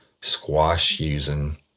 squash-using